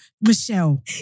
Michelle